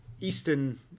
eastern